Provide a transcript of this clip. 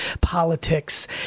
politics